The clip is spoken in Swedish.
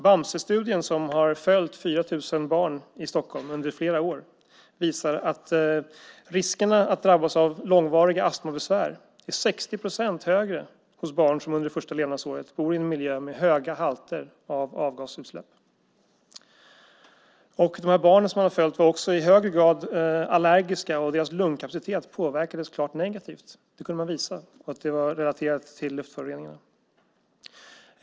Bamsestudien, som under flera år följt 4 000 barn i Stockholm, visar att risken att drabbas av långvariga astmabesvär är 60 procent högre för de barn som under det första levnadsåret bor i en miljö med höga halter av avgasutsläpp. Barnen var också i högre grad allergiska, och deras lungkapacitet påverkades klart negativt. Man kunde visa att det var relaterat till luftföroreningar.